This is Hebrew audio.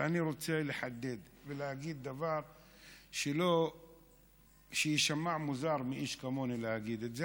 ואני רוצה לחדד ולהגיד דבר שיישמע מוזר שאיש כמוני יגיד את זה,